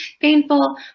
painful